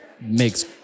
makes